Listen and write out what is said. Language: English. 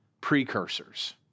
precursors